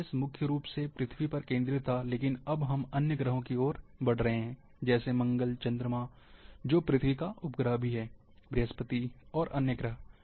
GIS मुख्य रूप से पृथ्वी पर केंद्रित था लेकिन अब हम अन्य ग्रहों की ओर बढ़ रहे हैं जैसे मंगल चंद्रमा जो पृथ्वी का उपग्रह है बृहस्पति और अन्य ग्रह